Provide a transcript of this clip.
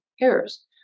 errors